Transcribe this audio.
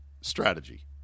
strategy